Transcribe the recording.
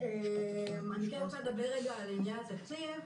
אני רוצה לדבר על עניין התקציב,